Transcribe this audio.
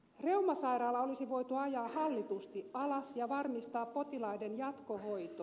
reumasairaala olisi voitu ajaa hallitusti alas ja varmistaa potilaiden jatkohoito